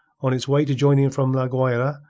on its way to join him from la guayra,